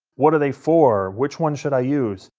what are they for? which one should i use?